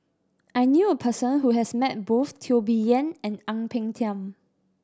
I knew a person who has met both Teo Bee Yen and Ang Peng Tiam